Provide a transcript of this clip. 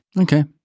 Okay